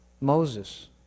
Moses